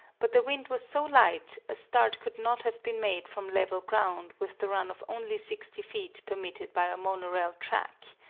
but the wind was so light a start could not have been made from level ground with the run of only sixty feet permitted by our monorail track.